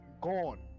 gone